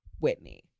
Whitney